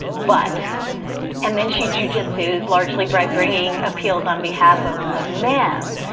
but and then she jujitsu is largely bribe bringing appeals on behalf of of man.